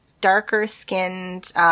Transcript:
darker-skinned